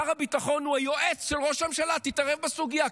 שר הביטחון הוא היועץ של ראש הממשלה: תתערב בסוגיה.